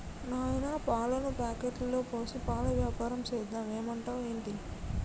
నాయనా పాలను ప్యాకెట్లలో పోసి పాల వ్యాపారం సేద్దాం ఏమంటావ్ ఏంటి